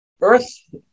Earth